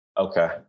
Okay